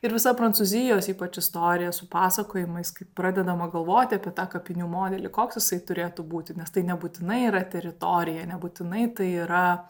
ir visa prancūzijos ypač istorija su pasakojimais kaip pradedama galvoti apie tą kapinių modelį koks jisai turėtų būti nes tai nebūtinai yra teritorija nebūtinai tai yra